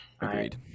Agreed